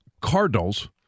Cardinals